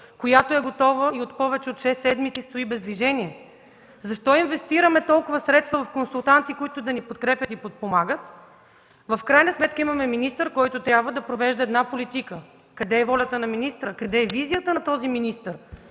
която е готова и повече от шест седмици стои без движение? Защо инвестираме толкова средства в консултанти, които да ни подкрепят и подпомагат? В крайна сметка имаме министър, който трябва да провежда една политика. Къде е волята на министъра, къде е визията на този министър?!